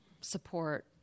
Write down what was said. support